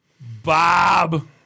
Bob